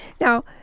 now